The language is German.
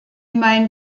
mein